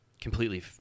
completely